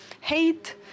hate